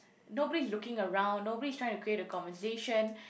nobody is looking around nobody is trying to create a conversation